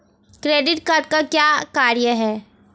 Credit card का क्या कार्य है?